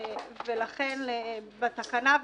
בתקנה,